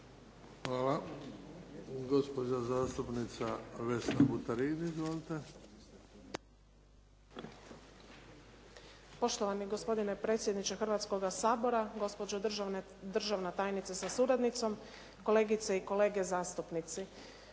Hvala. Gospođa zastupnica Vesna Buterin. Izvolite. **Buterin, Vesna (HDZ)** Poštovani gospodine predsjedniče Hrvatskoga sabora, gospođo državna tajnice sa suradnicom, kolegice i kolege zastupnici.